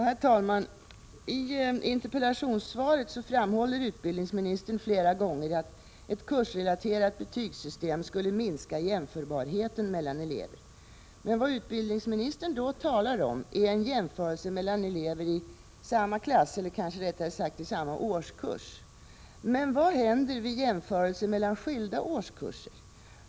Herr talman! I interpellationssvaret framhåller utbildningsministern flera gånger att ett kursrelaterat betygssystem skulle minska jämförbarheten mellan elever. Men vad utbildningsministern då talar om är en jämförelse mellan elever i samma klass, eller kanske rättare sagt samma årskurs. Men vad händer vid jämförelse mellan skilda årskurser?